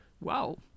Wow